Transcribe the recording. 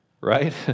right